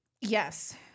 Yes